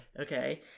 Okay